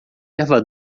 erva